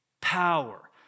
power